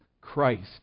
Christ